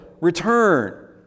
return